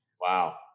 Wow